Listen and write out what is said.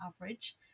average